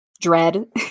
dread